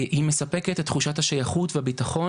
הוא מספק את תחושת השייכות והבטחון,